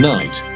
Night